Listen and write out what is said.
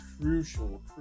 crucial